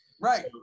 Right